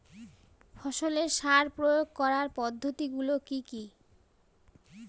ফসলের সার প্রয়োগ করার পদ্ধতি গুলো কি কি?